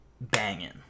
banging